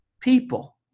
people